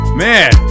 man